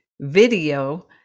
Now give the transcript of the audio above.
video